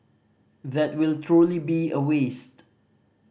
that will truly be a waste